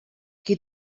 qui